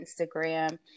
instagram